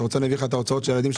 אם אתה מסתכל על התמורות